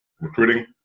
recruiting